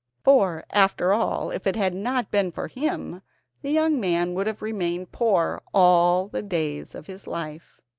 for, after all, if it had not been for him the young man would have remained poor all the days of his life.